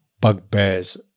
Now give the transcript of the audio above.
bugbears